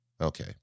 Okay